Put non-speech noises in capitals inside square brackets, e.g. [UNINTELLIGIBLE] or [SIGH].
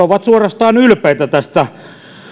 [UNINTELLIGIBLE] ovat suorastaan ylpeitä tästä